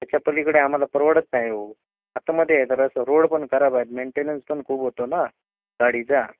त्याच्या पलीकडे आम्हाला परवडत नाही हो आतमध्ये आहे जरासं तर रोड पण खराब आहेत मेंटेनन्स पण खूप होतो ना गाडीचा